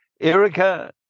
Erica